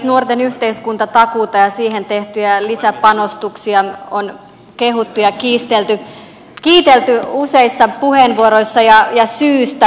nuorten yhteiskuntatakuuta ja siihen tehtyjä lisäpanostuksia on kehuttu ja kiitelty useissa puheenvuoroissa ja syystä